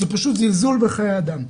זה פשוט זלזול בחיי אדם.